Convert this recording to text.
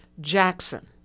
Jackson